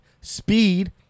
Speed